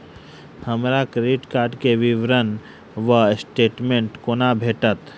हमरा credit card केँ विवरण वा स्टेटमेंट कोना भेटत?